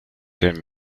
ten